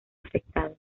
afectado